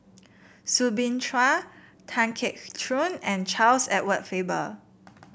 Soo Bin Chua Tan Keong Choon and Charles Edward Faber